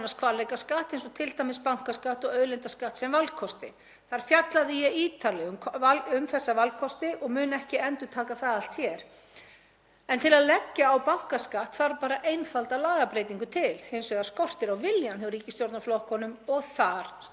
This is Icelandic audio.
En til að leggja á bankaskatt þarf bara einfalda lagabreytingu til. Hins vegar skortir á viljann hjá ríkisstjórnarflokkunum og þar stendur hnífurinn í kúnni. Sé ríkisstjórninni einhver alvara með því að hennar forgangsmál sé að sigrast á verðbólgunni og slá á þenslu